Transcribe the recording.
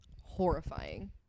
horrifying